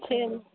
சரி